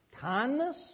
kindness